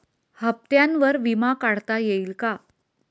हप्त्यांवर विमा काढता येईल का?